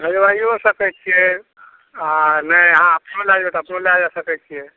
भेजबाइयो सकै छियै आ नहि अहाँ अपनो लए जायब तऽ अपनो लए जा सकै छियै